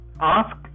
ask